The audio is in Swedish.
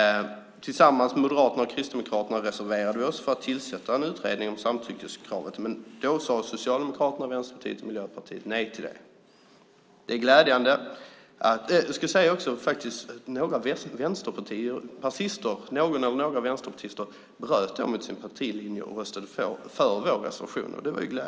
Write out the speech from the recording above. Tillsammans med Moderaterna och Kristdemokraterna reserverade vi oss för att tillsätta en utredning om samtyckeskravet, men Socialdemokraterna, Vänsterpartiet och Miljöpartiet sade nej till detta, även om några vänsterpartister glädjande nog bröt mot sin partilinje och röstade för vår reservation.